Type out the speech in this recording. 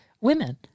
women